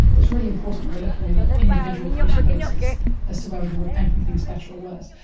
it's really important that we're looking on an individual patient basis as to whether we're making things better or worse.